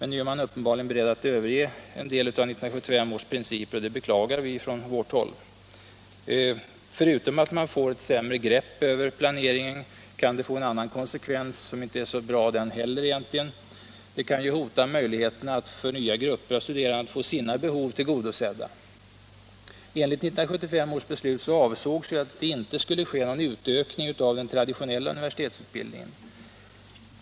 Nu är man uppenbarligen beredd att överge en del av 1975 års principer. Det beklagar vi från socialdemokratiskt håll. Förutom att man får ett sämre grepp över planeringen kan det få en annan konsekvens som inte heller är bra. Det kan hota möjligheterna för nya grupper av studerande att få sina behov tillgodosedda. Enligt 1975 års beslut avsågs det inte ske någon utökning av den traditionella universitetsutbildningen.